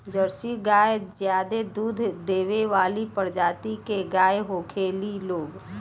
Jersey गाय ज्यादे दूध देवे वाली प्रजाति के गाय होखेली लोग